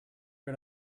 rid